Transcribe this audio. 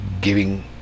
giving